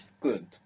Good